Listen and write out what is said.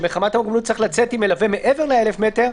שמחמת המוגבלות צריך לצאת עם מלווה מעבר ל-1,000 מטר,